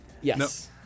Yes